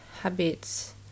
Habits